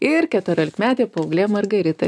ir keturiolikmetė paauglė margarita